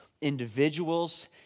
individuals